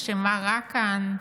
ושמה רע כאן,